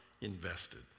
Invested